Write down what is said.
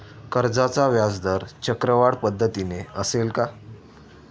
कर्जाचा व्याजदर चक्रवाढ पद्धतीने असेल का?